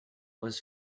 was